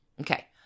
Okay